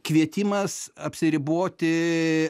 kvietimas apsiriboti